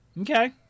okay